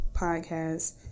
podcast